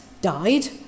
died